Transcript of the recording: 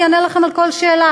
אני אענה לכם על כל שאלה,